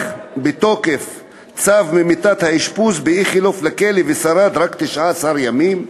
בתוקף צו ממיטת האשפוז באיכילוב לכלא ושרד רק 19 ימים,